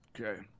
okay